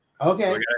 Okay